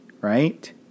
right